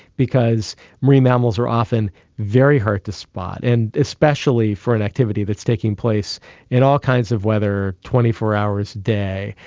because marine mammals are often very hard to spot, and especially for an activity that is taking place in all kinds of weather, twenty four hours a day.